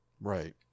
Right